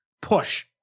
push